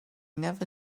never